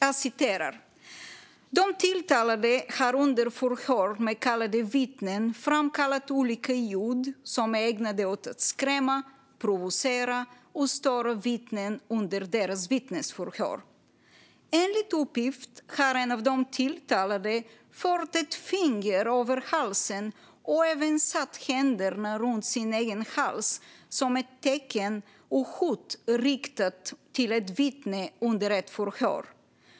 Där står följande: De tilltalade har under förhör med kallade vittnen framkallat olika ljud som är ägnade att skrämma, provocera och störa vittnen under deras vittnesförhör. Enligt uppgift har en av de tilltalade fört ett finger över halsen och även satt händerna runt sin egen hals som ett tecken och hot riktat till ett vittne under ett förhör.